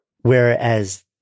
Whereas